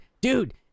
dude